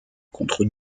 contre